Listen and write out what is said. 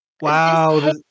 Wow